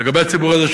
לגבי הציבור הזה,